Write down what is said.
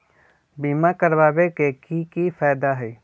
बीमा करबाबे के कि कि फायदा हई?